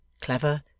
clever